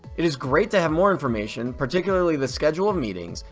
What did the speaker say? it is great to have more information, particularly the schedule of meetings,